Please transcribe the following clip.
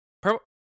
purple